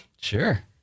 Sure